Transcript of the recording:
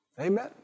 Amen